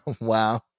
Wow